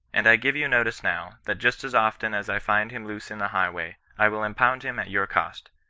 and i give you notice now, that just as often as i find him loose in the highway, i will impound him at your cost.